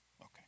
Okay